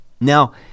Now